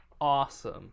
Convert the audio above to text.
Awesome